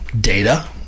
data